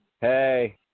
Hey